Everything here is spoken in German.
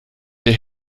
der